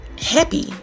happy